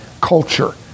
culture